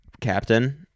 captain